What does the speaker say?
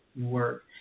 work